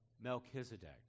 Melchizedek